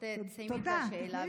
תסיימי את השאלה, בבקשה.